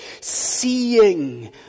seeing